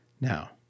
Now